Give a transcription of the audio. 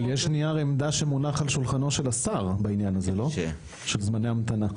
אבל יש נייר עמדה שמונח על שולחנו של השר בעניין הזה של זמני המתנה,